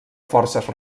forces